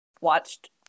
watched